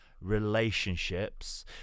relationships